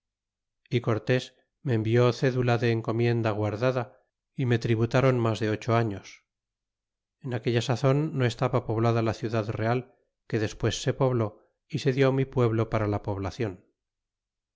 y cortés me envió cédula de encomienda guardada y me tributron mas de ocho años en aquella sazon no estaba poblada la ciudad real que despues se pobló ése dió mi pueblo para la poblacion